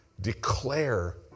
Declare